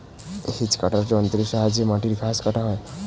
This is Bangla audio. হেজ কাটার যন্ত্রের সাহায্যে মাটির ঘাস কাটা হয়